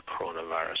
coronavirus